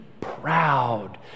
proud